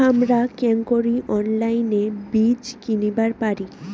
হামরা কেঙকরি অনলাইনে বীজ কিনিবার পারি?